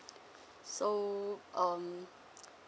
so um